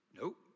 Nope